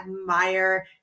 admire